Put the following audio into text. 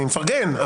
אני מפרגן,